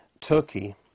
Turkey